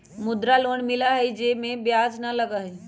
मुद्रा लोन मिलहई जे में ब्याज न लगहई?